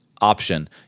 option